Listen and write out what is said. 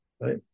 Right